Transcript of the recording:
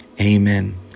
Amen